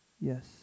Yes